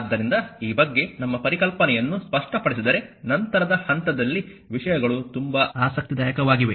ಆದ್ದರಿಂದ ಈ ಬಗ್ಗೆ ನಮ್ಮ ಪರಿಕಲ್ಪನೆಯನ್ನು ಸ್ಪಷ್ಟಪಡಿಸಿದರೆ ನಂತರದ ಹಂತದಲ್ಲಿ ವಿಷಯಗಳು ತುಂಬಾ ಆಸಕ್ತಿದಾಯಕವಾಗಿವೆ